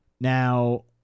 Now